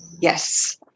yes